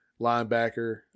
linebacker